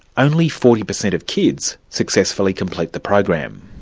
only forty percent of kids successfully complete the program.